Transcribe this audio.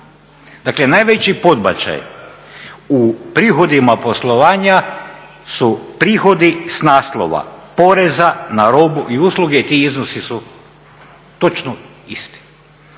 Dakle najveći podbačaj u prihodima poslovanja su prihodi s naslova poreza na robu i usluge i ti iznosi su točno isti.